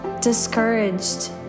discouraged